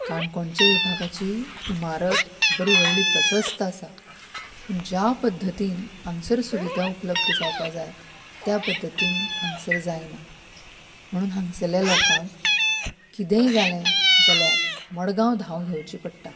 काणकोणचे विभागाची इमारत बरी व्हडली प्रशस्त आसा पूण ज्या पद्दतीन हांगसर सुविधा उपलब्ध जावपाक जाय त्या पद्दतीन हांगासर जायना म्हणून हांगााासरले लोकांक कितेंय जालें जाल्यार मडगांव धांव घेवची पडटा